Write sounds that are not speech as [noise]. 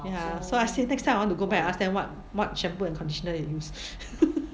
ya so I say next time I want to go back and ask them what what shampoo and conditioner they use [laughs]